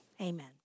amen